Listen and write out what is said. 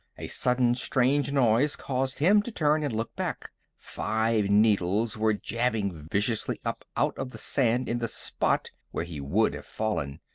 a sudden strange noise caused him to turn and look back. five needles were jabbing viciously up out of the sand in the spot where he would have fallen.